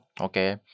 okay